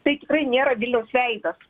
tai tikrai nėra viliaus veidas